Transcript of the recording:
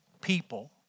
people